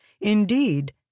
Indeed